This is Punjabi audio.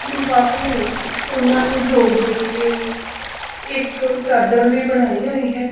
ਲਿਫਾਫੇ ਨੇ ਉਹਨਾਂ ਨੂੰ ਜੋੜ ਜੋੜ ਕੇ ਇੱਕ ਚਾਦਰ ਜਿਹੀ ਬਣਾਈ ਹੋਈ ਹੈ